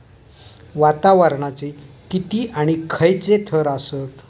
वातावरणाचे किती आणि खैयचे थर आसत?